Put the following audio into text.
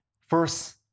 First